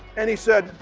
and he said,